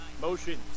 Motion